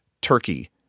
turkey